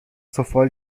سفال